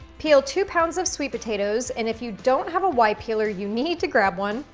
peel two pounds of sweet potatoes, and if you don't have a y peeler, you need to grab one,